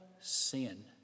sin